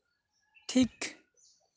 ᱴᱷᱤᱠ